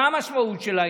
מה המשמעות של העניין?